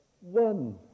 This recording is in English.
one